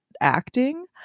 acting